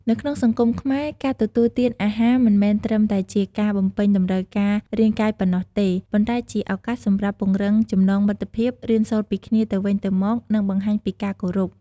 នៅក្នុងសង្គមខ្មែរ ការទទួលទានអាហារមិនមែនត្រឹមតែជាការបំពេញតម្រូវការរាងកាយប៉ុណ្ណោះទេ ប៉ុន្តែជាឱកាសសម្រាប់ពង្រឹងចំណងមិត្តភាព រៀនសូត្រពីគ្នាទៅវិញទៅមក និងបង្ហាញពីការគោរព។